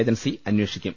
agency അന്വേഷിക്കും